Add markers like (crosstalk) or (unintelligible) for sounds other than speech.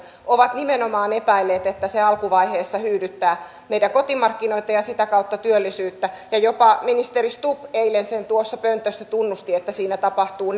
ovat nimenomaan epäilleet että se alkuvaiheessa hyydyttää meidän kotimarkkinoita ja sitä kautta työllisyyttä jopa ministeri stubb eilen tuossa pöntössä tunnusti että siinä tapahtuu (unintelligible)